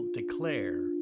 declare